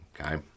Okay